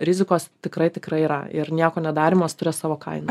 rizikos tikrai tikrai yra ir nieko nedarymas turės savo kainą